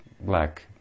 black